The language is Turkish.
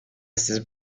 sizi